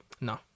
No